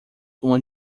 uma